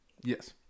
Yes